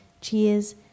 Cheers